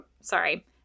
Sorry